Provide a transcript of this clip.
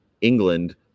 England